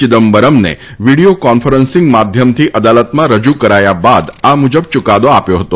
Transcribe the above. ચિદમ્બરમને video conferencing માધ્યમથી અદાલતમાં રજૂ કરાયા બાદ આ મુજબ ચૂકાદો આપ્યો હતો